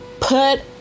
put